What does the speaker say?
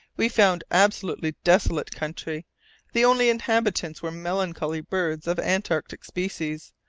we found absolutely desolate country the only inhabitants were melancholy birds of antarctic species.